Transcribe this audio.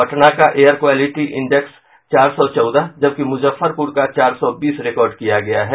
पटना का air quality index चार सौ चौदह जबकि मूजफ्फरपूर का चार सौ बीस रिकॉर्ड किया गया है